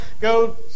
go